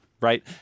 Right